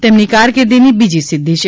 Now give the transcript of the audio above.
તેમની કારકિર્દીની બીજી સિદ્ધિ છે